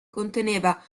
conteneva